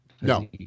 No